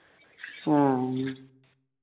हँ